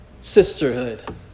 sisterhood